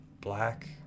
black